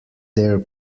their